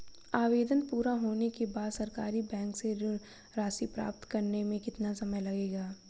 आवेदन पूरा होने के बाद सरकारी बैंक से ऋण राशि प्राप्त करने में कितना समय लगेगा?